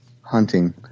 hunting